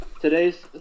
today's